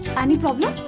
any problem?